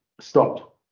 stopped